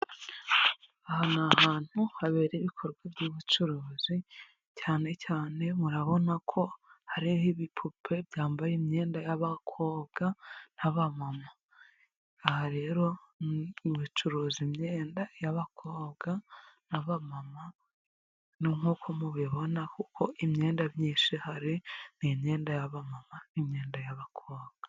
Aha ni ahantu habera ibikorwa by'ubucuruzi cyane cyane murabona ko hariho ibipupe byambaye imyenda y'abakobwaga naba mama aha rero bacuruza imyenda y'abakobwa naba mama nkuko mubibona kuko imyenda myinshi ihari n,imyenda yaba mama n' imyenda y'abakobwaga.